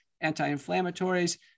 anti-inflammatories